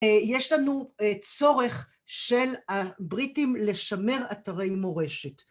יש לנו צורך של הבריטים לשמר אתרי מורשת.